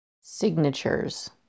signatures